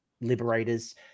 Liberators